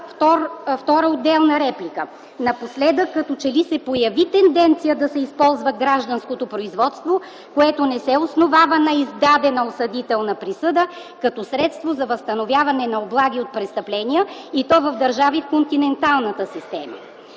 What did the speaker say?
Втора отделна реплика: „Напоследък като че ли се появи тенденция да се използва гражданското производство, което не се основава на издадена осъдителна присъда, като средство за възстановяване на облаги от престъпления, и то в държави в континенталната система”.